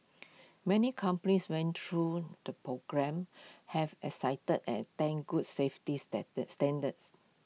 many companies went through the programme have exited and attained good safety standards